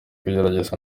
kugerageza